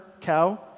cow